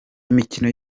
imikino